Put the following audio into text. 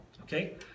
Okay